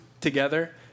together